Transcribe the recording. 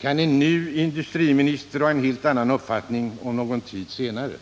kan en ny industriminister ha en helt annan uppfattning om någon tid senare.